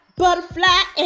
butterfly